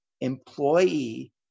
employee